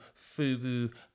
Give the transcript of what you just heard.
Fubu